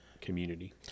community